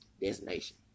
destination